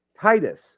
Titus